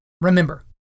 Remember